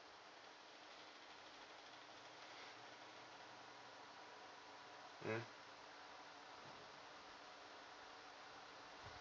mm